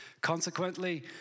Consequently